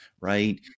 right